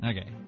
Okay